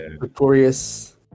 Victorious